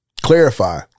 clarify